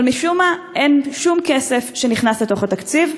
אבל משום מה אין שום כסף שנכנס לתוך התקציב.